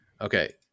Okay